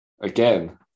Again